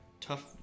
tough